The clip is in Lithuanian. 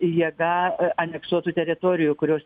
jėga aneksuotų teritorijų kurios